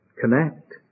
connect